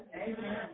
Amen